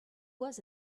was